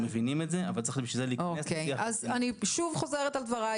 אני חוזרת על דבריי,